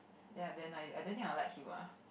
ya then like I don't think I will like him ah